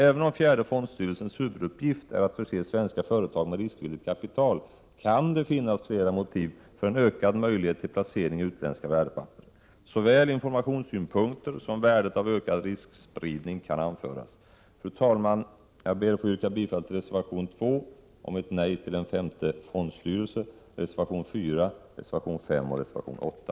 Även om fjärde fondstyrelsens huvuduppgift är att förse svenska företag med riskvilligt kapital, kan det finnas flera motiv för en ökad möjlighet till placering i utländska värdepapper. Såväl informationssynpunkter som värdet av ökad riskspridning kan anföras som skäl. Fru talman! Jag ber att få yrka bifall till reservation 2 om ett nej till en femte fondstyrelse, reservation 4, reservation 5 och reservation 8.